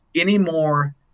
anymore